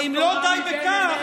ואם לא די בכך,